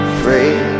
free